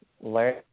learn